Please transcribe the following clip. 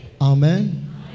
Amen